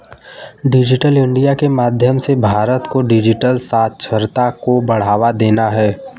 digital India के माध्यम से भारत को डिजिटल साक्षरता को बढ़ावा देना है